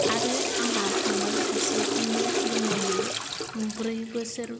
आरो आंहा फंबाय सासे उन्दै दङमोन ब्रै बोसोर